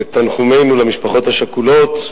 את תנחומינו למשפחות השכולות,